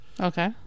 okay